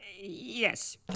yes